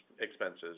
expenses